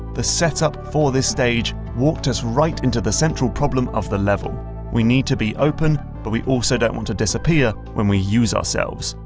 the set-up for the stage walked us right into the central problem of the level we need to be open, but we also don't want to disappear when we use ourselves.